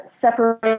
separate